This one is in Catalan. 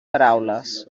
paraules